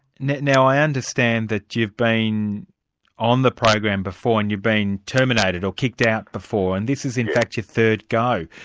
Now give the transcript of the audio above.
now i understand that you've been on the program before and you've been terminated or kicked out before, and this is in fact your third go.